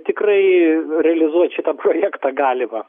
tikrai realizuot šitą projektą galima